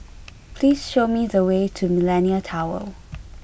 please show me the way to Millenia Tower